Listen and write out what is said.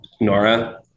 Nora